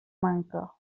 manca